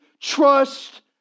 trust